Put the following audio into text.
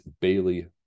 Bailey